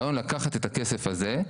הרעיון לקחת את הכסף הזה,